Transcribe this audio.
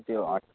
त्यो हर्ट